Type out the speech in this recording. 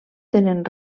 tenen